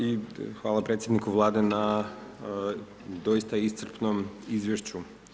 I hvala predsjedniku Vlade na doista iscrpnom izvješću.